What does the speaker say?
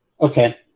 Okay